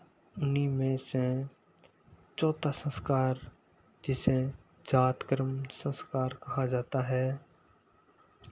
उन्हीं में से चौथा संस्कार जिसे जातकर्म संस्कार कहा जाता है